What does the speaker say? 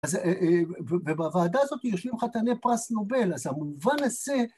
אז, אה.. אה.. ‫ובוועדה הזאת יושבים חתני פרס נובל, ‫אז במובן הזה...